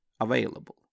available